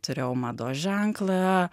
turėjau mados ženklą